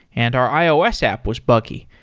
and our ios app was buggy.